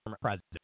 president